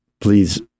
please